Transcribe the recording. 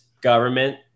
government